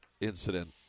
incident